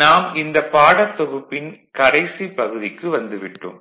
நாம் இந்தப் பாடத்தொகுப்பின் கடைசிப் பகுதிக்கு வந்துவிட்டோம்